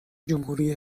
جمهوری